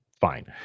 fine